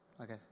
Okay